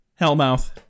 Hellmouth